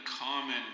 common